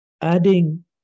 adding